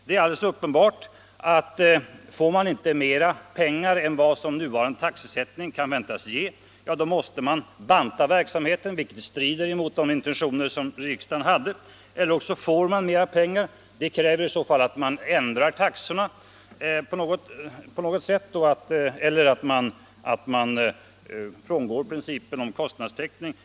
Det är alldeles uppenbart att man, om man inte får mera pengar än vad nuvarande taxesättning kan väntas ge, måste banta verksamheten vilket strider mot de intentioner som riksdagen hade. Eller också får man mera pengar. Det kräver i så fall att man ändrar taxorna på något sätt eller att man frångår principen om kostnadstäckning.